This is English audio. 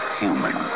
human